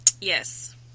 Yes